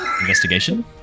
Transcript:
Investigation